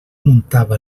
muntava